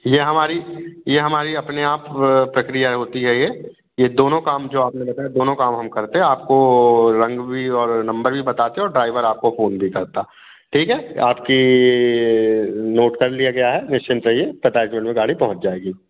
ये हमारी ये हमारी अपने आप प्रक्रिया होती है ये ये दोनों काम अपने जो बताए दोनों काम हम करते हैं आपको रंग भी और नंबर भी बताते हैं और ड्राइवर आपको फ़ोन भी करता ठीक है आपकी नोट कर लिया गया है निश्चिंत रहिए पैंतालीस मिनट में गाड़ी पहुँच जाएगी